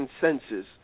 consensus